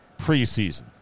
preseason